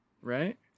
Right